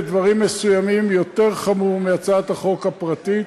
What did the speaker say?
בדברים מסוימים הוא יותר חמור מהצעת החוק הפרטית.